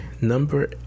number